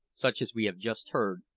such as we have just heard,